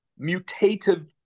mutative